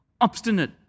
obstinate